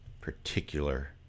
particular